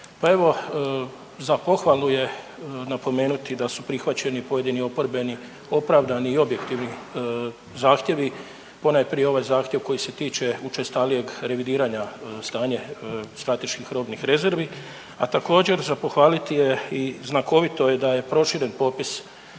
Pa evo za pohvalu je napomenuti da su prihvaćeni pojedini oporbeni opravdani i objektivni zahtjevi, ponajprije ovaj zahtjev koji se tiče učestalijeg revidiranja stanje strateških robnih rezervi, a također za pohvaliti je i znakovito je da je proširen popis